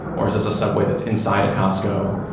or is this a subway that's inside a costco,